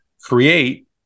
create